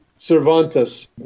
Cervantes